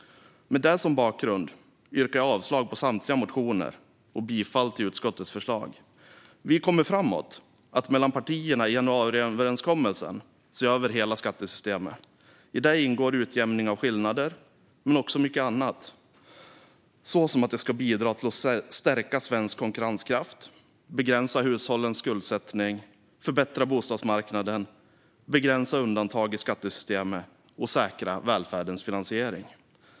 Med det som bakgrund yrkar jag bifall till utskottets förslag och avslag på samtliga motioner. Partierna i januariöverenskommelsen kommer framöver att se över hela skattesystemet. I detta ingår utjämning av skillnader men också mycket annat, såsom att skattesystemet ska bidra till att stärka svensk konkurrenskraft, begränsa hushållens skuldsättning, förbättra bostadsmarknaden, begränsa undantag i skattesystemet och säkra välfärdens finansiering.